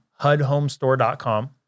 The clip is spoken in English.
hudhomestore.com